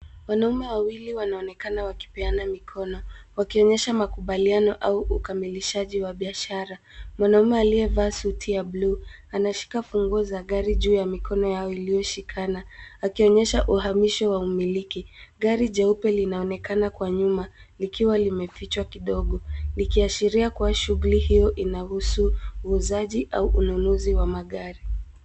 Wanaume wawili wanaonekana wakipeana mikono, wakionyesha makubaliano au ukamilishaji wa biashara. Mwanaume aliyevaa suti ya buluu anashika funguo za gari juu ya mikono yao iliyoshikana, akionyesha uhamisho wa umiliki. Gari jeupe linaonekana kwa nyuma likiwa limefichwa kidogo likiashiria kuwa shughuli hiyo inahusu uuzaji au ununuzi wa magari.